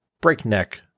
breakneck